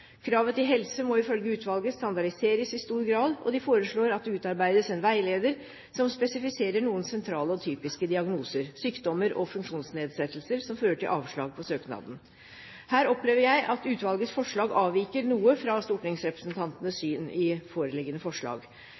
Kravet til helse må ifølge utvalget standardiseres i stor grad, og de foreslår at det utarbeides en veileder som spesifiserer noen sentrale og typiske diagnoser, sykdommer og funksjonsnedsettelser som fører til avslag på søknaden. Her opplever jeg at utvalgets forslag avviker noe fra stortingsrepresentantenes syn i foreliggende forslag.